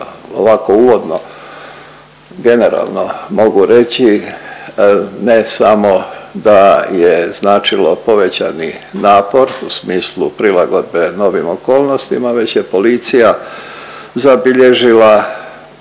ovako uvodno, generalno mogu reći ne samo da je značilo povećani napor u smislu prilagodbe novim okolnostima već je policija zabilježila